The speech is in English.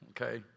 okay